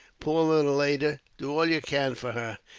poor little ada. do all you can for her,